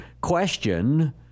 Question